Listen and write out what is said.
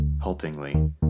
Haltingly